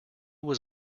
was